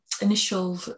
initial